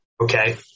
Okay